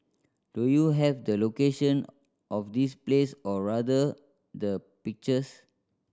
do you have the location of this place or rather the pictures